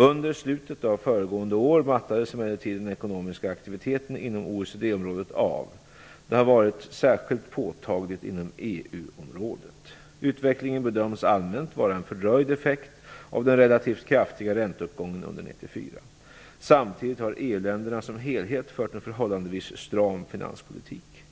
Under slutet av föregående år mattades emellertid den ekonomiska aktiviteten inom OECD-området av. Detta har varit särskilt påtagligt inom EU-området. Utvecklingen bedöms allmänt vara en fördröjd effekt av den relativt kraftiga ränteuppgången under 1994. Samtidigt har EU-länderna som helhet fört en förhållandevis stram finanspolitik.